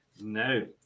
No